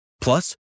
Plus